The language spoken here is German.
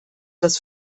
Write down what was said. das